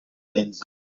inzu